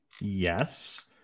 yes